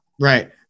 right